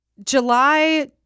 July